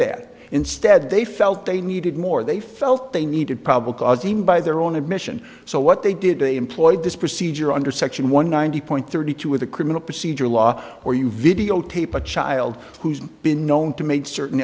that instead they felt they needed more they felt they needed probable cause even by their own admission so what they did they employed this procedure under section one ninety point thirty two of the criminal procedure law where you videotape a child who's been known to make certain